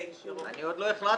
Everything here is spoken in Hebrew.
אני עוד לא החלטתי.